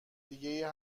دیگه